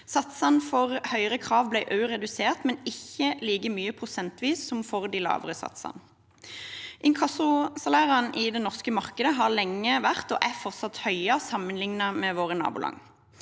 Satsene for høyere krav ble også redusert, men ikke like mye prosentvis som for de lavere satsene. Inkassosalærene i det norske markedet har lenge vært, og er fortsatt, høye sammenlignet med våre naboland.